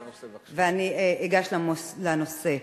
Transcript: בבקשה תיגשי לנושא.